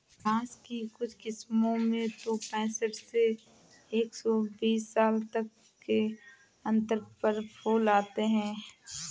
बाँस की कुछ किस्मों में तो पैंसठ से एक सौ बीस साल तक के अंतर पर फूल आते हैं